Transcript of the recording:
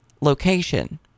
location